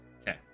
Okay